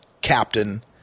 captain